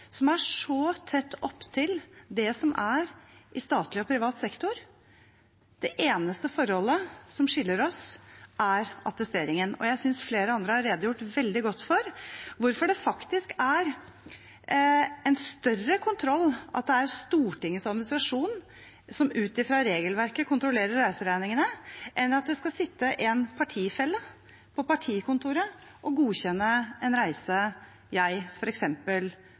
som er tett opptil det som er i statlig og privat sektor. Det eneste forholdet som skiller oss, er attesteringen. Jeg synes flere andre har redegjort veldig godt for hvorfor det faktisk er en større kontroll at det er Stortingets administrasjon som ut fra regelverket kontrollerer reiseregningene, enn at det skal sitte en partifelle på partikontoret og godkjenne en reise som f.eks. jeg